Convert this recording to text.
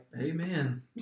Amen